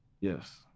Yes